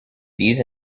these